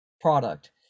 product